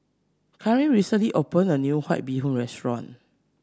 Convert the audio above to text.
Kareen recently opened a new White Bee Hoon restaurant